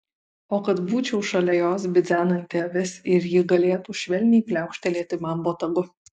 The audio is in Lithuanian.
o kad būčiau šalia jos bidzenanti avis ir ji galėtų švelniai pliaukštelėti man botagu